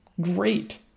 great